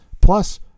plus